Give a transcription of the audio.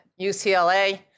UCLA